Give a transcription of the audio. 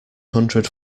hundred